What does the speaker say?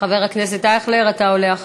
חבר הכנסת אייכלר, אתה עולה אחריו.